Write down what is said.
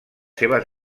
seves